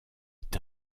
est